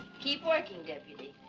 keep working, deputy.